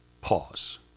pause